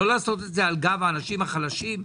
לא על גב האנשים החלקים,